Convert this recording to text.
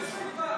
חבר הכנסת סובה,